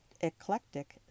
eclectic